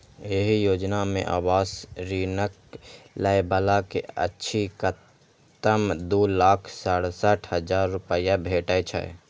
एहि योजना मे आवास ऋणक लै बला कें अछिकतम दू लाख सड़सठ हजार रुपैया भेटै छै